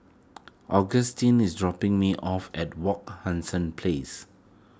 Agustin is dropping me off at Wak Hassan Place